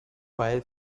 file